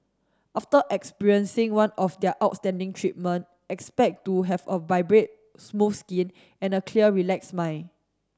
after experiencing one of their outstanding treatment expect to have a vibrate smooth skin and a clear relax mind